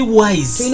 wise